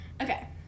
okay